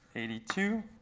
eighty two,